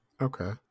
Okay